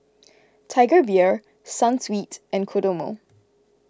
Tiger Beer Sunsweet and Kodomo